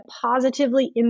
positively